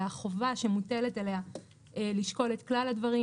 והחובה שמוטלת עליה לשקול את כלל הדברים,